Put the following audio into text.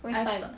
waste time ha